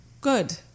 good